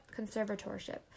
Conservatorship